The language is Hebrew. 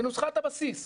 בנוסחת הבסיס,